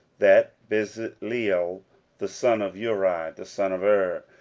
that bezaleel the son of uri, the son of hur,